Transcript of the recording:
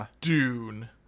Dune